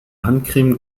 handcreme